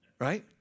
right